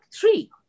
three